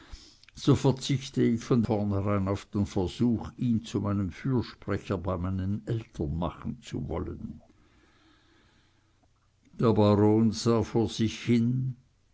so verzichte ich von vornherein auf den versuch ihn zu meinem fürsprecher bei meinen eltern machen zu wollen der baron sah vor sich hin